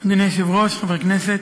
אדוני היושב-ראש, חברי הכנסת,